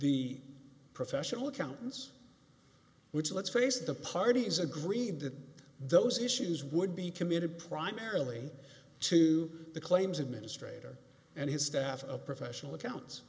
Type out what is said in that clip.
the professional accountants which let's face it the parties agree that those issues would be committed primarily to the claims administrator and his staff of professional accounts